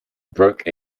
broke